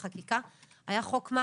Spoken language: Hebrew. החוק,